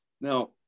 Now